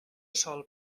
sòl